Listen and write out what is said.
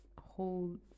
hold